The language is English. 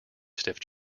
stiff